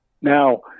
now